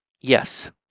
yes